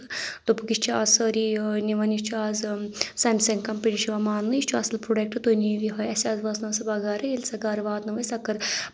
تہٕ دوٚپُکھ یہِ چھِ آز سٲری نِوان یہِ چھُ آز سیمسنٛگ کَمپٔنی چھِ یِوان ماننہٕ یہِ چھُ اَصٕل پروڈَکٹہٕ تُہۍ نِیو یِہوے اَسہِ حظ اوس نہٕ سُہ بَکارٕے ییٚلہِ سۄ گرٕ واتنٲو سۄ کٔر